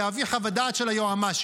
להביא חוות דעת של היועמ"שית.